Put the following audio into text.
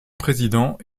président